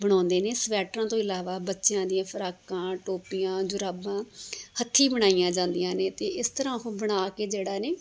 ਬਣਾਉਂਦੇ ਨੇ ਸਵੈਟਰਾਂ ਤੋਂ ਇਲਾਵਾ ਬੱਚਿਆਂ ਦੀਆਂ ਫਰਾਕਾਂ ਟੋਪੀਆਂ ਜੁਰਾਬਾਂ ਹੱਥੀਂ ਬਣਾਈਆਂ ਜਾਂਦੀਆਂ ਨੇ ਅਤੇ ਇਸ ਤਰ੍ਹਾਂ ਉਹ ਬਣਾ ਕੇ ਜਿਹੜਾ ਨੇ